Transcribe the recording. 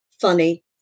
funny